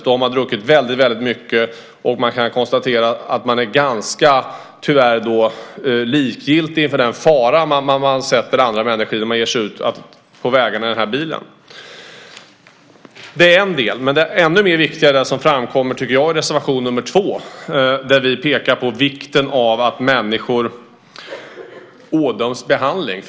Då har man druckit väldigt mycket, och det går att konstatera att man tyvärr är ganska likgiltig inför den fara som man försätter andra människor i när man ger sig ut på vägarna i bilen. Detta är en del, men jag tycker att den bild som framkommer i reservation nr 2 är ännu viktigare. Där pekar vi på vikten av att människor ådöms behandling.